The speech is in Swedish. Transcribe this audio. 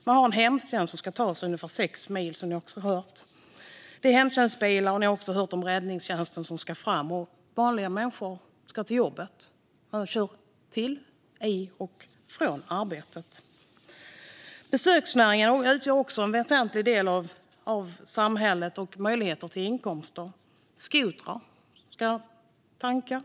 Man har en hemtjänst som ska ta sig ungefär 6 mil, vilket ni också har hört. Ni har även hört om räddningstjänsten som ska fram, och vanliga människor ska till jobbet. Man kör till, i och från arbetet. Besöksnäringen utgör också en väsentlig del av samhället och möjligheten till inkomster. Skotrar ska tankas.